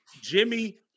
Jimmy